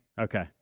Okay